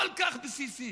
כל כך בסיסי.